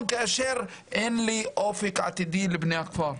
כאשר אין לי אופק עתידי לבני הכפר?